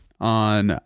on